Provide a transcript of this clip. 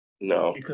no